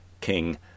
king